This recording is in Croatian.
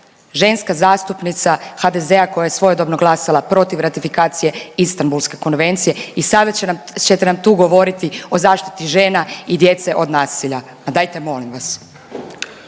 ženska zastupnika HDZ-a koja je svojedobno glasala protiv ratifikacije Istambulske konvencije i sada ćete nam tu govoriti o zaštiti žena i djece od nasilja. Ma dajte, molim vas.